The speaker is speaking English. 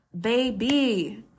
baby